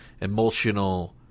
emotional